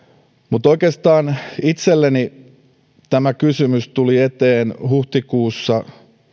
mutta oikeastaan itselleni tämä kysymys tuli eteen huhtikuussa